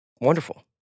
wonderful